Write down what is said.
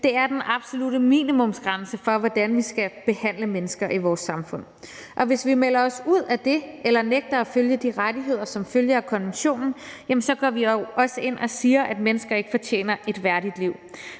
Det er den absolutte minimumsgrænse for, hvordan vi skal behandle mennesker i vores samfund. Hvis vi melder os ud af det eller nægter at give de rettigheder, som følger af konventionen, så går vi også ind og siger, at mennesker ikke fortjener et værdigt liv,